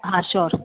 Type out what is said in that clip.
હા શ્યૉર